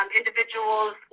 individuals